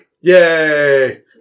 Yay